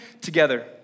together